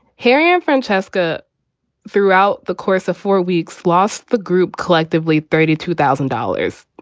harry and francesca throughout the course of four weeks lost the group collectively. thirty two thousand dollars.